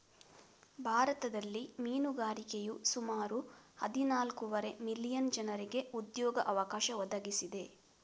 ಭಾರತದಲ್ಲಿ ಮೀನುಗಾರಿಕೆಯು ಸುಮಾರು ಹದಿನಾಲ್ಕೂವರೆ ಮಿಲಿಯನ್ ಜನರಿಗೆ ಉದ್ಯೋಗ ಅವಕಾಶ ಒದಗಿಸಿದೆ